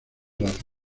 las